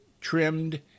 trimmed